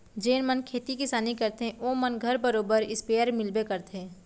जेन मन खेती किसानी करथे ओ मन घर बरोबर इस्पेयर मिलबे करथे